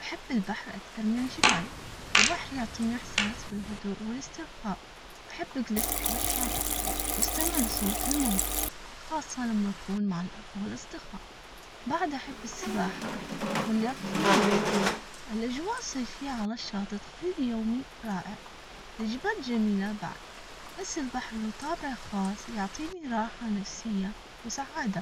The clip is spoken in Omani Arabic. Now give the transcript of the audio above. أحب البحر أكثر من الجبال، البحر يعطيني إحساس بالهدوء والإسترخاء. أحب أجلس على الشاطئ، وأستمع لصوت الموج خاصة لما أكون مع الأهل والأصدقاء بعد حب السباحة واللعب في الماء، الأجواء الصيفية على الشاطئ تخلي يومي رائع. الجبال جميلة بعد.